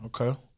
Okay